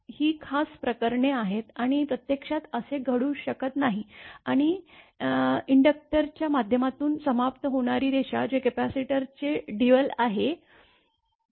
ही खास प्रकरणे आहेत आणि प्रत्यक्षात असे घडू शकत नाही आणि इंडक्टरच्या माध्यमातून समाप्त होणारी रेषा जे कॅपॅसिटर चे ड्युएल आहे